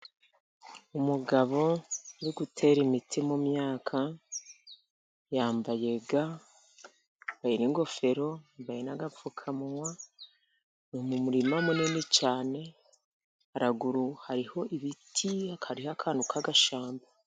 Umugabo uri gutera imiti mu myaka. Yambaye ga, yambaye n'ingofero, yambaye agapfukamunwa. Ari mu murima munini cyane, haruguru hariho ibiti hariho akantu k'agashyamba.